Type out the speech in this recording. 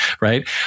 right